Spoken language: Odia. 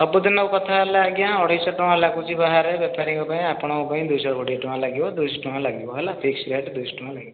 ସବୁଦିନ କଥା ହେଲା ଆଜ୍ଞା ଅଢ଼େଇ ଶହ ଟଙ୍କା ଲାଗୁଛି ବାହାରେ ବେପାରୀଙ୍କ ପାଇଁ ଆପଣଙ୍କ ପାଇଁ ଦୁଇ ଶହ କୋଡ଼ିଏ ଟଙ୍କା ଲାଗିବ ଦୁଇ ଶହ ଟଙ୍କା ଲାଗିବ ହେଲା ଫିକ୍ସ ରେଟ୍ ଦୁଇ ଶହ ଟଙ୍କା ଲାଗିବ